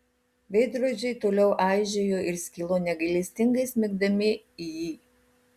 veidrodžiai toliau aižėjo ir skilo negailestingai smigdami į jį